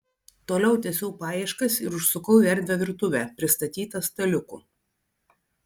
toliau tęsiau paieškas ir užsukau į erdvią virtuvę pristatytą staliukų